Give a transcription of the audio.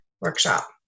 workshop